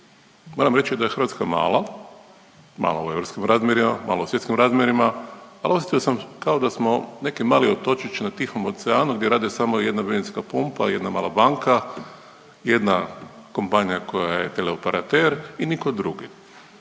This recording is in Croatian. Moram reći da je Hrvatska mala, mala u europskim razmjerima, mala u svjetskim razmjerima, ali osjetio sam kao da smo neki mali otočić na Tihom oceanu gdje radi samo jedna benzinska pumpa i jedna mala banka, jedna kompanija koja je teleoperater i niko drugi.